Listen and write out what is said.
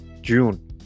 June